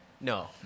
No